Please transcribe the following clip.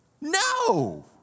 No